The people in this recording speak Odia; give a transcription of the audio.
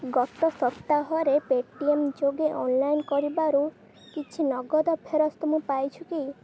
ଗତ ସପ୍ତାହରେ ପେଟିଏମ୍ ଯୋଗେ ଅନଲାଇନ୍ କରିବାରୁ କିଛି ନଗଦ ଫେରସ୍ତ ମୁଁ ପାଇଛି କି